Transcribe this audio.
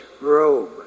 robe